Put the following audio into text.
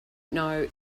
know